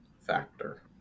factor